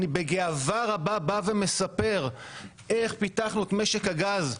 אני בגאווה רבה בא ומספר איך פיתחנו את משק הגז?